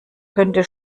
könnte